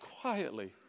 quietly